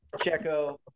Checo